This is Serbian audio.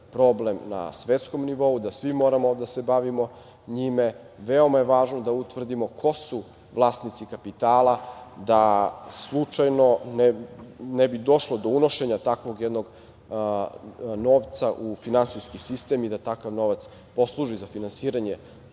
problem na svetskom nivou, da svi moramo da se bavimo njime. Veoma je važno da utvrdimo ko su vlasnici kapitala, da slučajno ne bi došlo do unošenja takvog jednog novca u finansijski sistem i da takav novac posluži za finansiranje